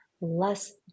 less